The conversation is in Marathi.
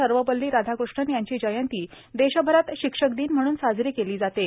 सर्वपल्ली राधाकृष्णन यांची जयंती देशभरात शिक्षक दिन म्हणून साजरी केली जाते